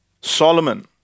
Solomon